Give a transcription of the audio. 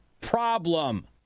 problem